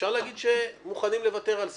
אפשר להגיד שמוכנים לוותר על זה,